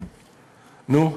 נו,